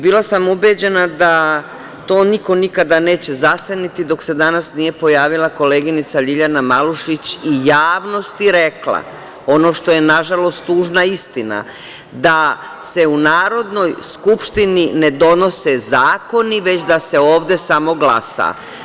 Bila sam ubeđena da to niko nikada neće zaseniti, dok se danas nije pojavila koleginica Ljiljana Malušić i javnosti rekla ono što je, nažalost, tužna istina - da se u Narodnoj skupštini ne donose zakoni, već da se ovde samo glasa.